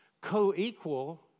Co-equal